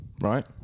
Right